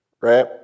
right